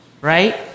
right